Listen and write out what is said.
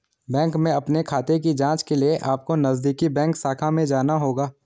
bank में अपने खाते की जांच के लिए अपको नजदीकी बैंक शाखा में जाना होगा